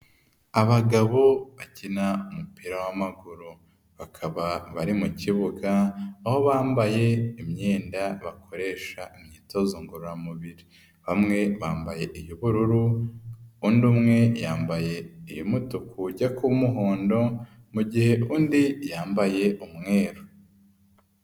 Abagabo bakina umupira w'amaguru, bakaba bari mu kibuga, aho bambaye imyenda bakoresha imyitozo ngororamubiri, bamwe bambaye y'ubururu, undi umwe yambaye iy'umutuku ujya kuba kuba umuhondo, mu mugihe undi yambaye umweru.